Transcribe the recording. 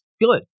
good